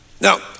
Now